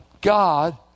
God